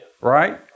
Right